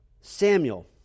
Samuel